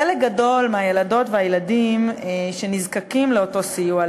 חלק גדול מהילדות והילדים שנזקקים לאותו סיוע,